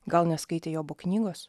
gal neskaitė jobo knygos